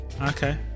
okay